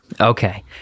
Okay